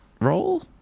roll